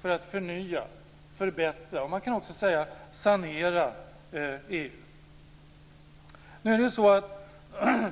för att förnya och förbättra, och också sanera, EU.